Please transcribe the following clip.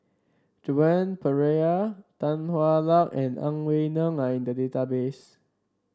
Joan Pereira Tan Hwa Luck and Ang Wei Neng are in the database